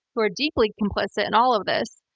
who are deeply complicit in all of this.